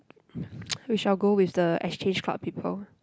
we shall go with the exchange club people